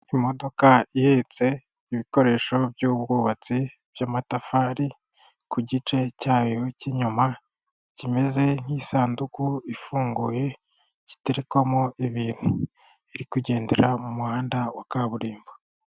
Imodoka ihetse ibikoresho by'ubwubatsi by'amatafari, ku gice cyayo cy'inyuma kimeze nk'isanduku ifunguye, kiterekwamo ibintu. Iri kugendera mu muhanda wa kaburimbo.